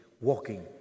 walking